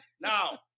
Now